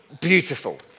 Beautiful